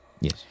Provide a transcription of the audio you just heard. yes